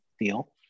deal